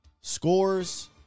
scores